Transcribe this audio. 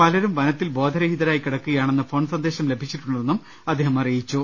പലരും വന ത്തിൽ ബോധരഹിതരായി കിടക്കുകയാണെന്ന് ഫോൺ സന്ദേശം ലഭിച്ചിട്ടു ണ്ടെന്നും അദ്ദേഹം അറിയിച്ചു